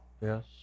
Yes